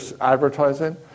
advertising